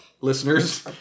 Listeners